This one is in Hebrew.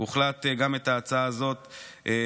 הוחלט להחזיר גם את ההצעה הזאת.